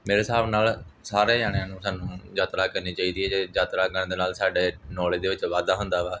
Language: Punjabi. ਮੇਰੇ ਹਿਸਾਬ ਨਾਲ ਸਾਰੇ ਜਣਿਆਂ ਨੂੰ ਸਾਨੂੰ ਯਾਤਰਾ ਕਰਨੀ ਚਾਹੀਦੀ ਹੈ ਜੇ ਯਾਤਰਾ ਕਰਨ ਦੇ ਨਾਲ ਸਾਡੇ ਨੌਲੇਜ ਦੇ ਵਿੱਚ ਵਾਧਾ ਹੁੰਦਾ ਵਾ